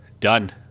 done